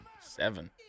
Seven